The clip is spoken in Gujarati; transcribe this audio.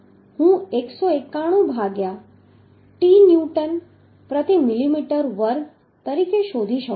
તેથી હું 191 ભાગ્યા t ન્યૂટન પ્રતિ મિલિમીટર વર્ગ તરીકે શોધી શકું છું